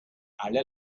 alle